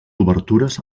obertures